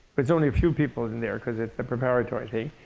it's only a few people in there because it's the preparatory thing.